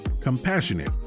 Compassionate